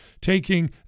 taking